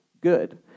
Good